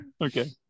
Okay